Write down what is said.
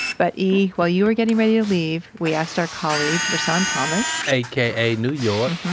but e, while you were getting ready to leave, we asked our colleague, rasaahn thomas, aka new york,